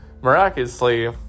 miraculously